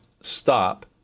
stop